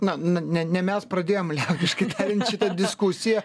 na ne ne mes pradėjom liaudiškai tariant šitą diskusiją